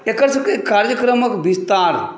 एकर सभके कार्यक्रमक विस्तार